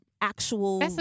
actual